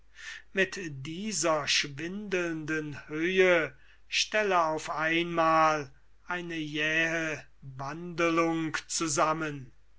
mit dieser schwindelnden höhe stelle auf einmal eine jähe wandelung zusammen